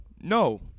no